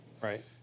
right